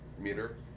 meter